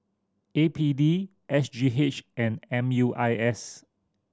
A P D S G H and M U I S